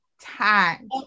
time